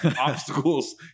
obstacles